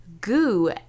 goo